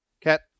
Cat